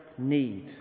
need